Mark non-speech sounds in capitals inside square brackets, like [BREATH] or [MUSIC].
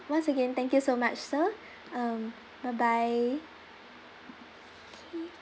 once again thank you so much sir [BREATH] um bye bye okay